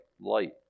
light